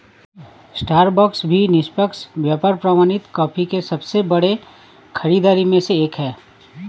Starbucks भी निष्पक्ष व्यापार प्रमाणित कॉफी के सबसे बड़े खरीदारों में से एक है